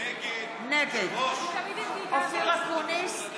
נגד אופיר אקוניס,